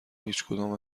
هیچکدام